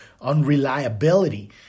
unreliability